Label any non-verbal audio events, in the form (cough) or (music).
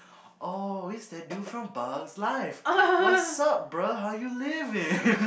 oh is that dude from bug's life what's up bro how you living (laughs)